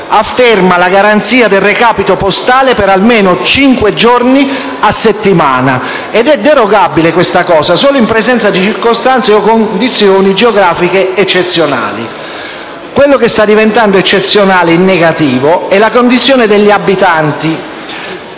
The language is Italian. afferma la garanzia del recapito postale per almeno cinque giorni a settimana e tale condizione è derogabile solo in presenza di circostanze o condizioni geografiche eccezionali. Quello che sta diventando eccezionale, in negativo, è la condizione degli abitanti.